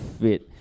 fit